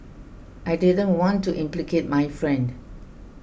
I didn't want to implicate my friend